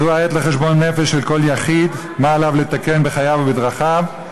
זאת העת לחשבון לכל יחיד מה עליו לתקן בחייו ובדרכיו.